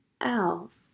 else